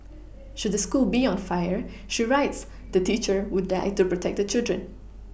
should the school be on fire she writes the teacher would die to protect the children